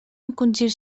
encongir